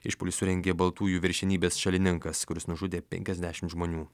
išpuolį surengė baltųjų viršenybės šalininkas kuris nužudė penkiasdešimt žmonių